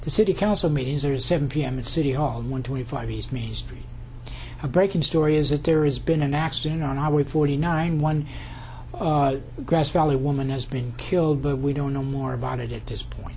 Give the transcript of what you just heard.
the city council meetings are seven pm at city hall one twenty five east main street a breaking story is that there is been an accident on our way forty nine one grass valley woman has been killed but we don't know more about it at this point